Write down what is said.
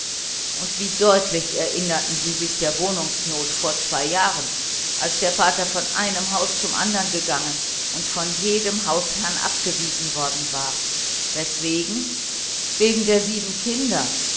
und wie deutlich erinnerten sie sich der wohnungsnot vor zwei jahren wo der vater von einem haus zum andern gegangen und von jedem hausherrn abgewiesen war weswegen wegen der sieben kinder